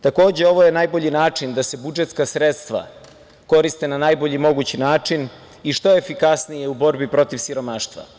Takođe, ovo je najbolji način da se budžetska sredstva koriste na najbolji mogući način i što efikasnije u borbi protiv siromaštva.